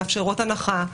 מאפשרות הנחה,